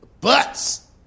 butts